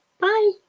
Bye